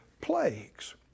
plagues